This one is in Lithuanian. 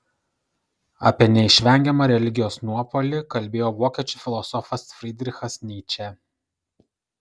apie neišvengiamą religijos nuopuolį kalbėjo vokiečių filosofas frydrichas nyčė